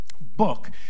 book